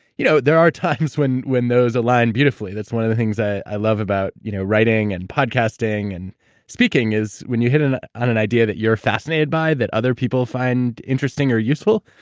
you know there are times when when those align beautifully, that's one of the things i love about you know writing and podcasting and speaking, is when you hit on an idea that you're fascinated by, that other people find interesting or useful,